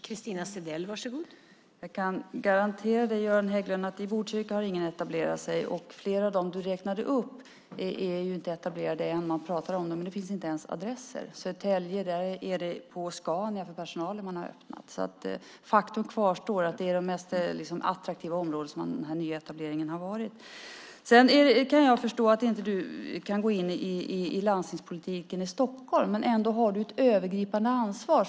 Fru talman! Jag kan garantera Göran Hägglund att i Botkyrka har ingen etablerat sig, och flera av dem han räknade upp är inte etablerade ännu. Man pratar om det, men det finns inte ens adresser. I Södertälje har man öppnat på Scania för personalen. Faktum kvarstår alltså att det är i de mest attraktiva områdena som nyetableringen har varit. Jag kan förstå att ministern inte kan gå in i landstingspolitiken i Stockholm, men han har ändå ett övergripande ansvar.